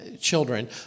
children